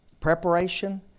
preparation